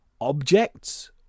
objects